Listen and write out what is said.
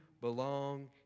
belong